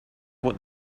what